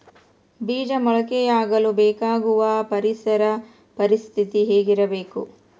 ಬೇಜ ಮೊಳಕೆಯಾಗಲು ಬೇಕಾಗುವ ಪರಿಸರ ಪರಿಸ್ಥಿತಿ ಹೇಗಿರಬೇಕು?